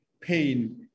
pain